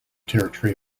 territory